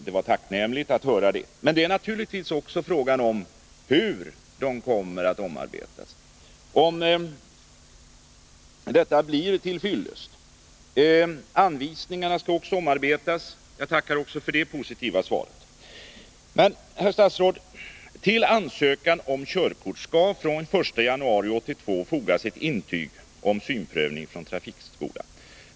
Det var tacknämligt att höra detta. Men det är naturligtvis också fråga om hur de kommer att omarbetas, så att de blir till fyllest. Anvisningarna skall också omarbetas — jag tackar också för det positiva svaret. Men, herr statsråd! Till ansökan om körkort skall från den 1 januari 1982 fogas ett intyg om synprövning från trafikskola.